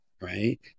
right